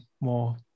more